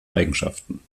eigenschaften